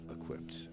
equipped